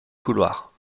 couloir